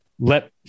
let